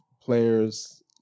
players